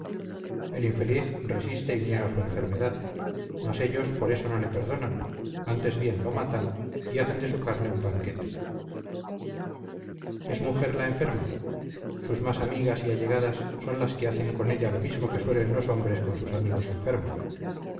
el infeliz resiste y niega su enfermedad mas ellos por eso no le perdonan antes bien lo matan y hacen de su carne un banquete es mujer la enferma sus más amigas y allegadas son las que hacen con ella lo mismo que suelen los hombres con sus amigos enfermos